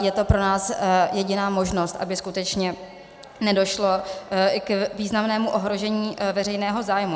Je to pro nás jediná možnost, aby skutečně nedošlo i k významnému ohrožení veřejného zájmu.